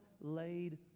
laid